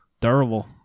durable